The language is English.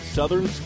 Southern